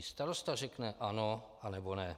Starosta řekne ano, nebo ne.